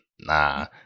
nah